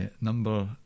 Number